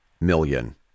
million